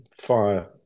fire